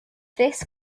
this